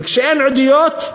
וכשאין עדויות,